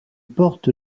porte